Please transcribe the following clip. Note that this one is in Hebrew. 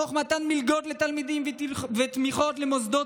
תוך מתן מלגות לתלמידים ותמיכות למוסדות